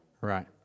Right